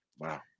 Wow